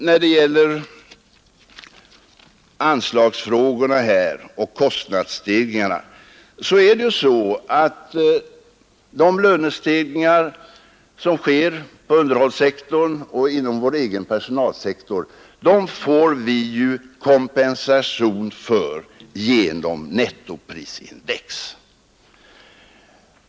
När det gäller anslagsfrågorna och kostnadsstegringarna är det så att de lönestegringar som sker på underhållssektorn och inom vår egen personalsektor får vi kompensation för genom nettoprisindex.